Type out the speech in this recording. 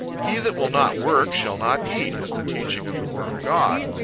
he that will not work, shall not eat, is the teaching of the word of god.